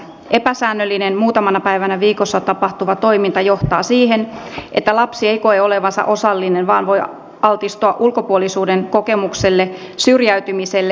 epäsäännöllinen muutamana päivänä viikossa tapahtuva toiminta johtaa siihen että lapsi ei koe olevansa osallinen vaan voi altistua ulkopuolisuuden kokemukselle syrjäytymiselle ja kiusaamiselle